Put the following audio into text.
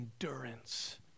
endurance